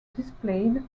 displayed